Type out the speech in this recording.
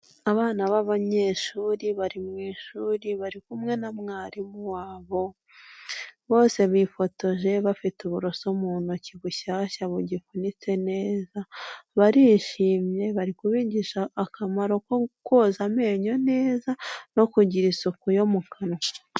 Abana b'abanyeshuri bari mu ishuri, bari kumwe na mwarimu wabo, bose bifotoje bafite uburoso mu ntoki bushyashya bugifunitse neza, barishimye, bari kubigisha akamaro ko koza amenyo neza, no kugira isuku yo mu kanwa.